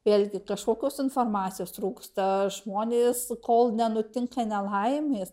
vėlgi kažkokios informacijos trūksta žmonės kol nenutinka nelaimės